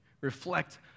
reflect